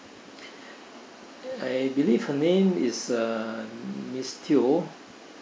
I believe her name is uh miss teo